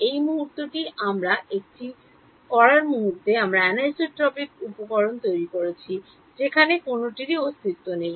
এই মুহুর্তটি আমরা এটি করার মুহুর্তে আমরা অ্যানিসোট্রপিক উপকরণ তৈরি করেছি যেখানে কোনওটিরই অস্তিত্ব নেই